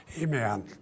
amen